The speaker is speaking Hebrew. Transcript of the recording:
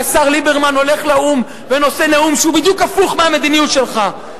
והשר ליברמן הולך לאו"ם ונושא נאום שהוא בדיוק הפוך מהמדיניות שלך,